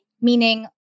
meaning